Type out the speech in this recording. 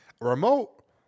Remote